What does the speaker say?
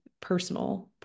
personal